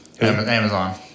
Amazon